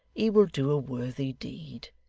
he will do a worthy deed.